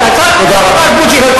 השר בוז'י הרצוג,